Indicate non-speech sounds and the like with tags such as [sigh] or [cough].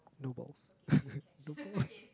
no balls [laughs] no balls